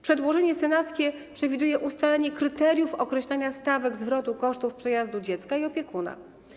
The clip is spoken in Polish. Przedłożenie senackie przewiduje ustalenie kryteriów określania stawek zwrotu kosztów przejazdu dziecka i opiekuna.